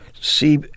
see